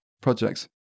projects